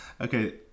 okay